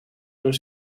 toen